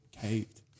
caved